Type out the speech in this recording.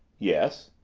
yes.